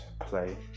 play